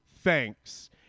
Thanks